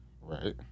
Right